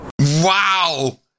wow